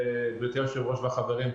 גברתי היושבת-ראש והחברים,